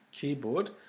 keyboard